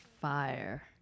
fire